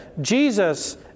Jesus